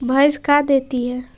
भैंस का देती है?